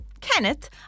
Kenneth